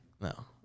No